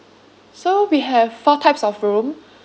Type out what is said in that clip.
so we have four types of room